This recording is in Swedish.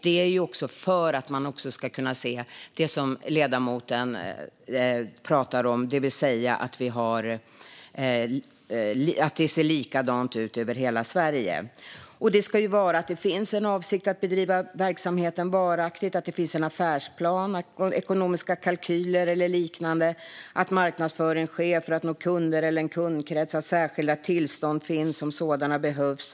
Det är för att man ska kunna se det som ledamoten talar om, det vill säga att det ser likadant ut över hela Sverige.Det ska finnas en avsikt att bedriva verksamheten varaktigt, det ska finnas en affärsplan och ekonomiska kalkyler eller liknande, marknadsföring ska ske för att nå kunder eller en kundkrets och särskilda tillstånd ska finnas om sådana behövs.